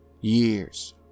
years